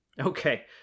Okay